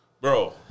bro